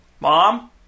Mom